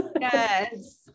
Yes